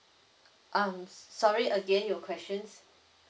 um s~ sorry again you questions